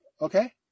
Okay